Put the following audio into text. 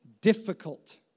difficult